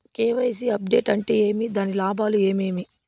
KYC update అంటే ఏమి? దాని లాభాలు ఏమేమి?